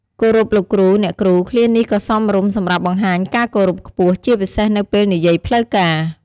"គោរពលោកគ្រូ អ្នកគ្រូ" ឃ្លានេះក៏សមរម្យសម្រាប់បង្ហាញការគោរពខ្ពស់ ជាពិសេសនៅពេលនិយាយផ្លូវការ។